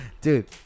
Dude